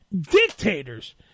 dictators